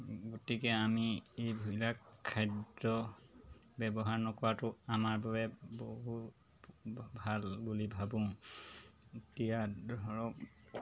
গতিকে আমি এইবিলাক খাদ্য ব্যৱহাৰ নকৰাটো আমাৰ বাবে বহু ভাল বুলি ভাবোঁ এতিয়া ধৰক